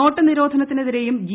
not നിരോധനത്തിനെതിരെയും G